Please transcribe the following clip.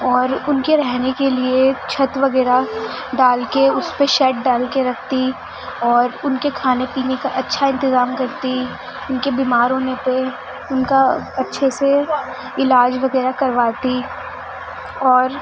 اور ان کے رہنے کے لیے چھت وغیرہ ڈال کے اس پہ شیڈ ڈال کے رکھتی اور ان کے کھانے پینے کا اچھا انتظام کرتی ان کے بیمار ہونے پہ ان کا اچھے سے علاج وغیرہ کرواتی اور